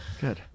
Good